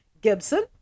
Gibson